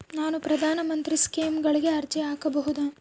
ನಾನು ಪ್ರಧಾನ ಮಂತ್ರಿ ಸ್ಕೇಮಿಗೆ ಅರ್ಜಿ ಹಾಕಬಹುದಾ?